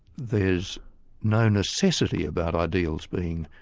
there's no necessity about ideals being